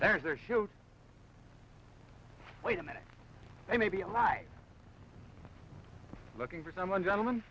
there show wait a minute i may be alive looking for someone gentleman